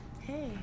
hey